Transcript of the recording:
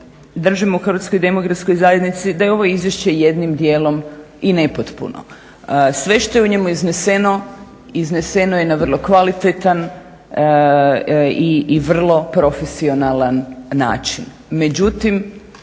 Stoga ustvari držimo u HDZ-u da je ovo izvješće jednim djelom i nepotpuno. Sve što je u njemu izneseno, izneseno je na vrlo kvalitetan i vrlo profesionalan način.